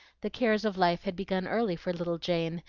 the cares of life had begun early for little jane,